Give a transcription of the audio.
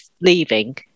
leaving